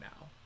now